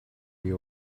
you